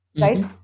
Right